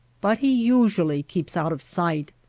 but he usually keeps out of sight.